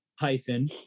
hyphen